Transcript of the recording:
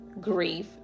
grief